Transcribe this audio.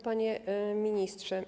Panie Ministrze!